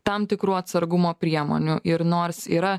tam tikrų atsargumo priemonių ir nors yra